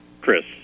Chris